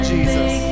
Jesus